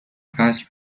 فصل